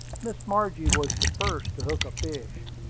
miss margie was the first to hook a fish.